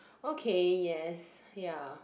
okay yes ya